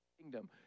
kingdom